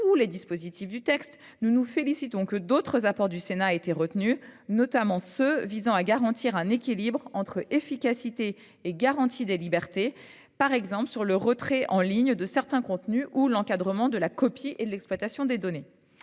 les dispositifs du texte, nous nous félicitons que d’autres apports du Sénat aient été retenus, notamment ceux qui visent à garantir un équilibre entre efficacité et garantie des libertés, par exemple sur le retrait en ligne de certains contenus ou sur l’encadrement de la copie et de l’exploitation des données.